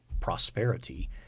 prosperity